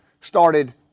started